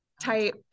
type